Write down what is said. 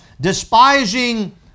despising